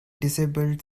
disabled